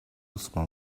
small